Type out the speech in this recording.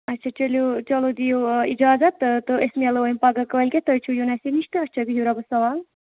اَچھا چٕلِو چلو دِیِو اِجازَت تہٕ تہٕ أسۍ مِلیو وۄنۍ پَگہہ کٲلۍ کٮ۪تھ تُہۍ چھُ یُن اَسہِ رِشتَس اَچھا بِہِو رۄبَس حوال